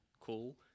cool